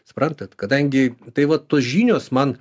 suprantat kadangi tai va tos žinios man